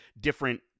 different